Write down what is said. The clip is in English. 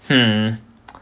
mm